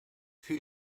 für